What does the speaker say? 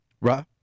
Right